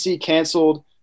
canceled